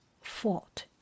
fought